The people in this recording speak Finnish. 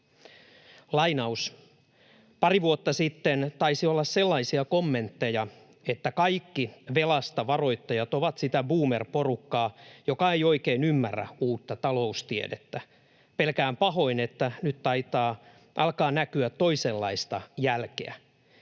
suuri. ”Pari vuotta sitten taisi olla sellaisia kommentteja, että kaikki velasta varoittajat ovat sitä boomer-porukkaa, joka ei oikein ymmärrä uutta taloustiedettä. Pelkään pahoin, että nyt taitaa alkaa näkyä toisenlaista jälkeä.